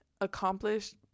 accomplished